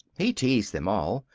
he teased them all,